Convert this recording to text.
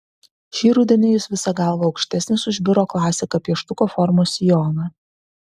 šį rudenį jis visa galva aukštesnis už biuro klasiką pieštuko formos sijoną